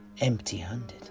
empty-handed